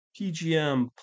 PGM